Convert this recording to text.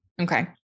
Okay